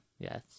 Yes